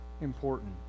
important